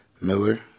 Miller